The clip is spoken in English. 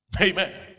Amen